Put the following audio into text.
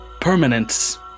permanence